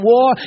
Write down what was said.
War